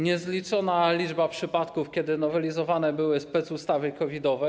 Niezliczona była liczba przypadków, kiedy nowelizowane były specustawy COVID-owe.